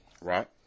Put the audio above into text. Right